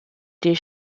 des